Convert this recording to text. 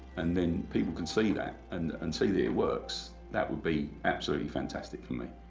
and then people can see that and and see that works, that would be absolutely fantastic for me.